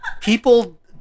people